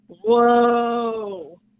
Whoa